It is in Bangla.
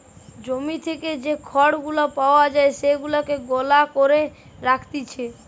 জমি থেকে যে খড় গুলা পাওয়া যায় সেগুলাকে গলা করে রাখতিছে